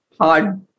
hard